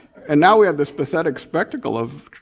and know we have this pathetic spectacle of